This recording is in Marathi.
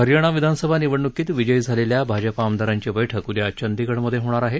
हरयाणा विधानसभा निवडणुकीत विजयी झालेल्या भाजपा आमदारांची बैठक उद्या चंदीगड मध्ये होणार आहे